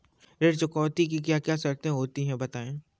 ऋण चुकौती की क्या क्या शर्तें होती हैं बताएँ?